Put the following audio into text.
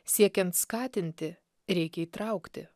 siekiant skatinti reikia įtraukti